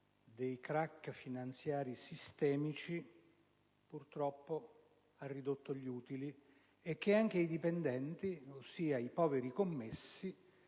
dei *crack* finanziari sistemici, ha ridotto purtroppo gli utili, per cui anche i dipendenti, ossia i poveri commessi,